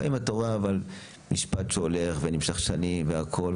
לפעמים אתה רואה משפט שהולך ונמשך שנים והכול,